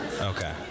Okay